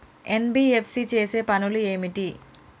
NBFC చేసే పనులు ఏమిటి?